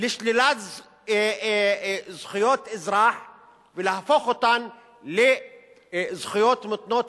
לשלילת זכויות אזרח ולהפוך אותן לזכויות מותנות.